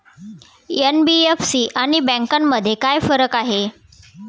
NBFC आणि बँकांमध्ये काय फरक आहे?